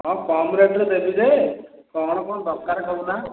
ହଁ କମ୍ ରେଟ୍ରେ ଦେବି ଯେ କ'ଣ କ'ଣ ଦରକାର କହୁନ